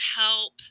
help